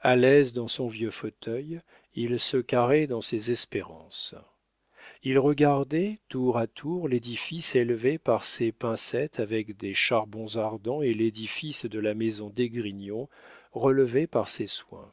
a l'aise dans son vieux fauteuil il se carrait dans ses espérances il regardait tour à tour l'édifice élevé par ses pincettes avec des charbons ardents et l'édifice de la maison d'esgrignon relevé par ses soins